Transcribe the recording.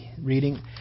Reading